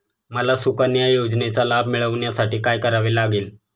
मला सुकन्या योजनेचा लाभ मिळवण्यासाठी काय करावे लागेल?